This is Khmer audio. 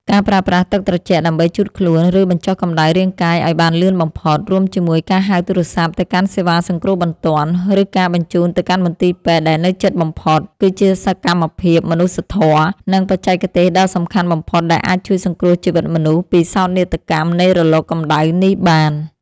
ការប្រើប្រាស់ទឹកត្រជាក់ដើម្បីជូតខ្លួន ឬបញ្ចុះកម្ដៅរាងកាយឱ្យបានលឿនបំផុត រួមជាមួយការហៅទូរស័ព្ទទៅកាន់សេវាសង្គ្រោះបន្ទាន់ ឬការបញ្ជូនទៅកាន់មន្ទីរពេទ្យដែលនៅជិតបំផុត គឺជាសកម្មភាពមនុស្សធម៌ និងបច្ចេកទេសដ៏សំខាន់បំផុតដែលអាចជួយសង្គ្រោះជីវិតមនុស្សពីសោកនាដកម្មនៃរលកកម្ដៅនេះបាន។